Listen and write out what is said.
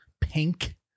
pink